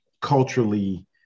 culturally